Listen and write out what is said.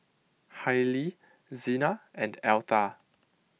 Hailie Xena and Altha